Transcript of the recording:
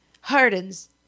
hardens